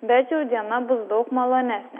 bet jau diena bus daug malonesnė